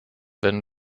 wenn